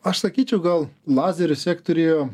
aš sakyčiau gal lazerių sektoriuje